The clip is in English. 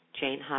Jane